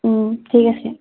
ঠিক আছে